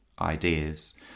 ideas